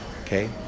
Okay